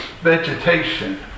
vegetation